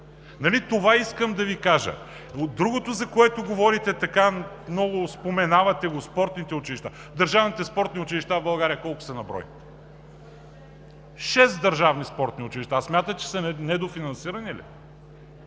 това искам да Ви кажа?! Другото, за което говорите и много споменавате – спортните училища, държавните спортни училища в България колко са на брой? Шест държавни спортни училища. Смятате, че са недофинансирани ли?